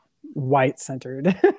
white-centered